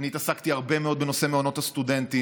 אני עסקתי הרבה מאוד בנושא מעונות הסטודנטים.